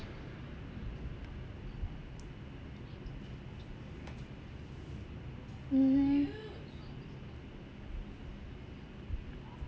mmhmm